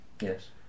Yes